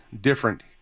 different